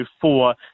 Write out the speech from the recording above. four